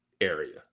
area